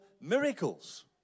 miracles